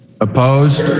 Opposed